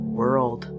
world